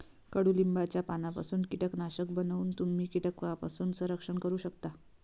कडुलिंबाच्या पानांपासून कीटकनाशक बनवून तुम्ही कीटकांपासून संरक्षण करू शकता